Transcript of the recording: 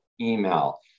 email